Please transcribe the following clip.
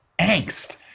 angst